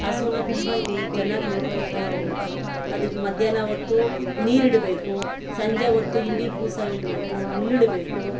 ಹಸುನ ತುಂಬ ಚೆನ್ನಾಗ್ ನೋಡ್ಕೊಂತಾ ಇರಬೇಕು ಅದಕ್ಕೆ ಮಧ್ಯಾಹ್ನ ಹೊತ್ತು ನೀರಿಡಬೇಕು ಸಂಜೆ ಹೊತ್ತು ಹಿಂಡಿ ಬೂಸ ಇಡಬೇಕು ಹುಲ್ಲಿಡ್ಬೇಕು